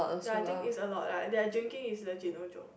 ya I think is a lot lah their drinking is legit no joke